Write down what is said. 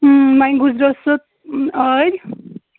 وۄنۍ گُزریو سُہ ٲدۍ